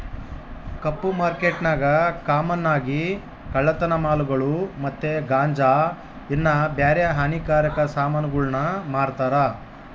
ಕಪ್ಪು ಮಾರ್ಕೆಟ್ನಾಗ ಕಾಮನ್ ಆಗಿ ಕಳ್ಳತನ ಮಾಲುಗುಳು ಮತ್ತೆ ಗಾಂಜಾ ಇನ್ನ ಬ್ಯಾರೆ ಹಾನಿಕಾರಕ ಸಾಮಾನುಗುಳ್ನ ಮಾರ್ತಾರ